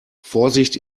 vorsicht